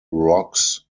rocks